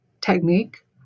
technique